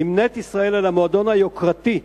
נמנית ישראל עם חברות המועדון היוקרתי,